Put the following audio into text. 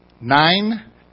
Nine